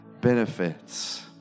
benefits